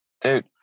Dude